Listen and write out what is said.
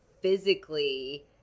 physically